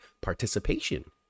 participation